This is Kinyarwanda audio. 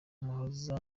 muhoza